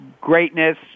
greatness